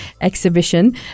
exhibition